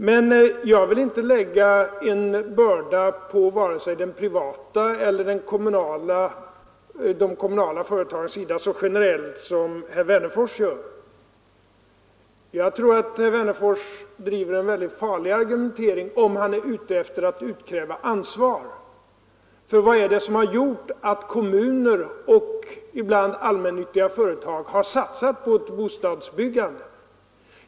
Jag vill emellertid inte lägga en börda på vare sig de privata eller de kommunala företagen så generellt som herr Wennerfors gör. Jag tror att herr Wennerfors driver en väldigt farlig argumentering, om han är ute efter att utkräva ansvar. Vad är det som har gjort att kommuner och, ibland, allmännyttiga företag har satsat på ett bostadsbyggande?